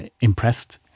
impressed